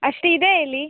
ಅಷ್ಟು ಇದೆ ಇಲ್ಲಿ